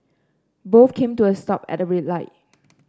both came to a stop at a red light